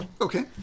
Okay